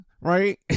Right